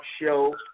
show